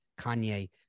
Kanye